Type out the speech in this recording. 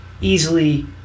easily